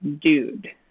dude